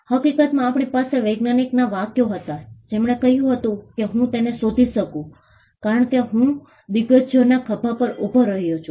હકીકતમાં આપણી પાસે વિજ્ઞાનીના વાક્યો હતા જેમણે કહ્યું છે કે હું તેને શોધી શકું કારણ કે હું દિગ્ગજોના ખભા પર ઉભો રહ્યો છું